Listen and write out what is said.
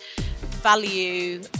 value